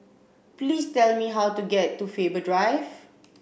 please tell me how to get to Faber Drive